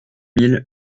mille